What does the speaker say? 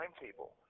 timetable